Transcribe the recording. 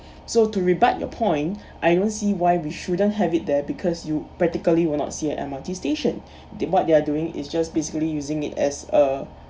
so to rebate your point I don't see why we shouldn't have it there because you practically will not see a M_R_T station did not they are doing is just basically using it as a